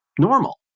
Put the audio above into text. normal